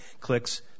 clicks